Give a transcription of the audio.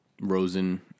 Rosen